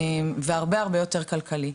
והרבה הרבה יותר כלכלי,